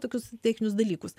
tokius techninius dalykus